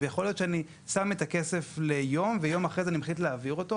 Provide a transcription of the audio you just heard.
יכול להיות שאני שם את הכסף ליום ומחליט להעביר אותו למחרת,